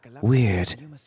weird